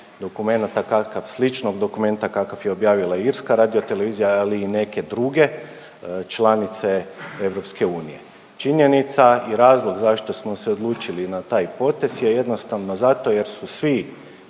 dokumenta kakav je objavila Irska radio televizija ali i neke druge članice EU. Činjenica, razlog zašto smo se odlučili na taj potez je jednostavno zato jer su svi